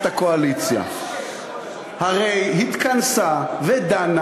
התשובה היא שהנהלת הקואליציה התכנסה ודנה